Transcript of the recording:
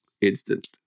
instant